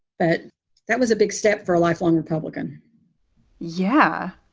but that was a big step for a lifelong republican yeah.